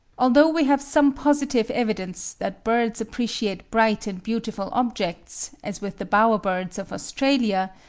although we have some positive evidence that birds appreciate bright and beautiful objects, as with the bower-birds of australia,